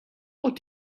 what